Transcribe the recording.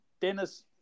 Dennis